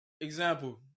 Example